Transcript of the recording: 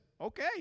okay